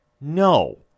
No